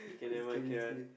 just kidding just kidding